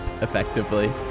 effectively